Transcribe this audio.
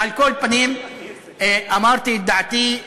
על כל פנים אמרתי את דעתי,